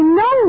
no